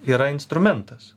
yra instrumentas